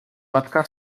matka